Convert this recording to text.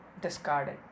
discarded